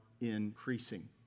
increasing